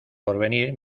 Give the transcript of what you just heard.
porvenir